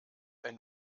ein